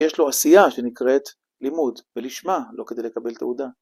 יש לו עשייה שנקראת לימוד, ולשמה, לא כדי לקבל תעודה